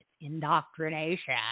Indoctrination